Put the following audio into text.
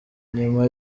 nyuma